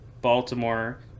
Baltimore